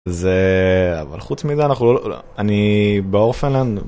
זה אבל חוץ מזה אנחנו לא אני באורפנד לנד.